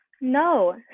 No